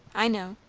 i know.